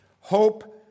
Hope